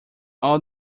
all